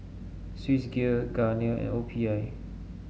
Swissgear Garnier L P I